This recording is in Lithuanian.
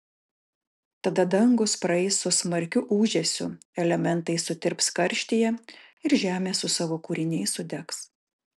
tada dangūs praeis su smarkiu ūžesiu elementai sutirps karštyje ir žemė su savo kūriniais sudegs